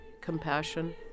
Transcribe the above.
compassion